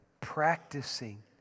practicing